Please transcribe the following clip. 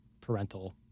parental